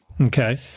Okay